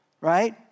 right